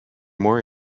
more